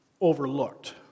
overlooked